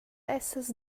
essas